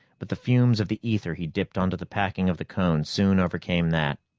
but the fumes of the ether he dipped onto the packing of the cone soon overcame that.